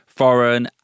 foreign